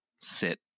sit